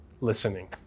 listening